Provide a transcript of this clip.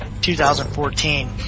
2014